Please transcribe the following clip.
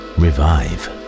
revive